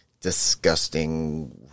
disgusting